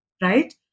Right